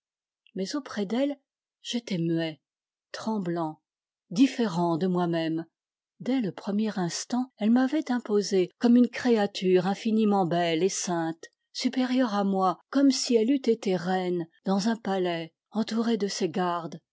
mais auprès d'elle j'étais muet tremblant différent de moi-même dès le premier instant elle m'avait imposé comme une créature infiniment belle et sainte supérieure à moi comme si elle eût été reine dans un palais entourée de ses gardes